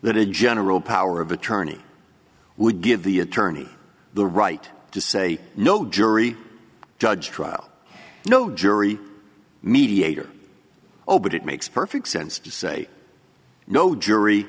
that a general power of attorney would give the attorney the right to say no jury judge trial no jury mediator oh but it makes perfect sense to say no jury